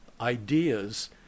ideas